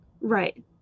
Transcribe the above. Right